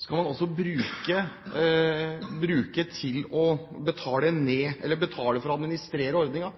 skal man altså bruke til å betale for å administrere ordningen.